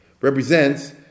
represents